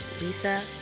Lisa